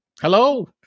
Hello